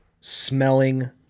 smelling